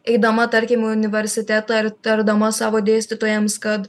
eidama tarkim į universitetą ar tardama savo dėstytojams kad